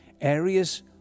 areas